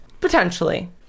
potentially